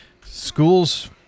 schools